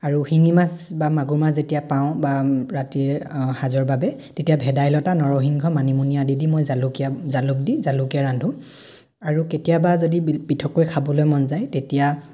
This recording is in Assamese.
আৰু শিঙি মাছ বা মাগুৰ মাছ যেতিয়া পাওঁ বা ৰাতিৰ সাঁজৰ বাবে তেতিয়া ভেদাইলতা নৰসিংহ মানিমুনি আদি দি মই জালুকীয়া জালুক দি জালুকৰে ৰান্ধো আৰু কেতিয়াবা যদি পৃথককৈ খাবলৈ মন যায় তেতিয়া